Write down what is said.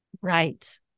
Right